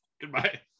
Goodbye